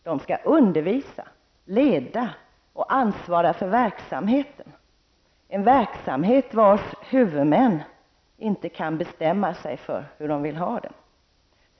De skall undervisa, leda och ansvara för verksamheten, en verksamhet vars huvudmän inte kan bestämma sig för hur de vill ha det.